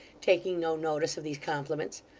taking no notice of these compliments,